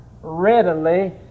readily